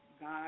God